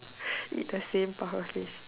eat the same pufferfish